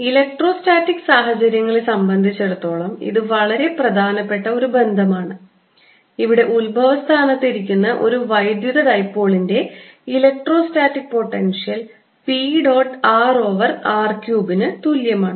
electrostatic സാഹചര്യങ്ങളെ സംബന്ധിച്ചിടത്തോളം ഇത് വളരെ പ്രധാനപ്പെട്ട ഒരു ബന്ധമാണ് ഇവിടെ ഉത്ഭവ സ്ഥാനത്ത് ഇരിക്കുന്ന ഒരു വൈദ്യുത ഡൈപോളിൻറെ electrostatic potential P dot r over r ക്യൂബിനു തുല്യമാണ്